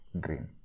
Green